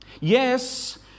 Yes